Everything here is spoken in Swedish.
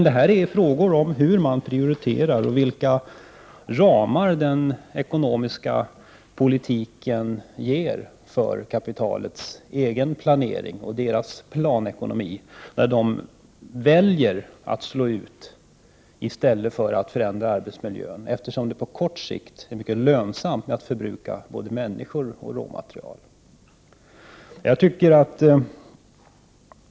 Det är dock fråga om hur man prioriterar och vilka ramar den ekonomiska politiken ger för kapitalets egen planering och dess planekonomi, när man väljer att slå ut i stället för att förändra arbetsmiljön, eftersom det på kort sikt är mycket lönsamt att förbruka både människor och råmaterial.